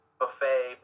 buffet